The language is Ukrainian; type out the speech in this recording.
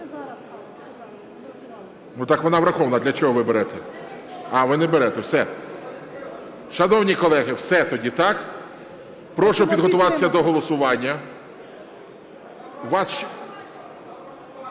Так вона врахована. Для чого ви берете? А, ви не берете. Все. Шановні колеги, все тоді. Так? Прошу підготуватися до голосування.